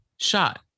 shot